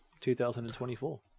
2024